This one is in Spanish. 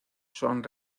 son